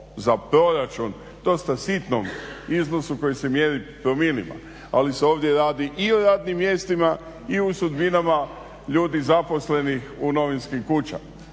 za proračun dosta sitnom iznosu koji se mjeri promilima. Ali se ovdje radi i o radnim mjestima i o sudbinama ljudi zaposlenih u novinskim kućama.